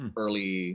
early